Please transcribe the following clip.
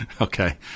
Okay